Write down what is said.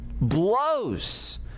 blows